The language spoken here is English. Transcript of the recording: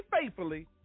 faithfully